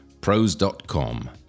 Pros.com